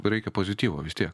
reikia pozityvo vis tiek